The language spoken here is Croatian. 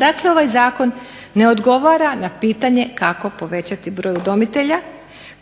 Dakle ovaj zakon ne odgovara na pitanje kako povećati broj udomitelja